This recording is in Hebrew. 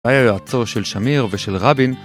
היה יועצו של שמיר ושל רבין